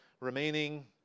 remaining